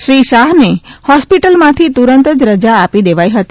શ્રી શાહને હોસ્પીટલમાંથી તુરંત રજા આપી દેવાઇ હતી